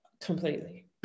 Completely